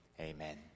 Amen